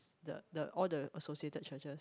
the the all the associated churches